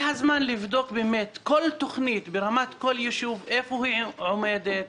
זה הזמן לבדוק באמת כל תכנית ברמת כל יישוב איפה היא עומדת,